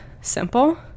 simple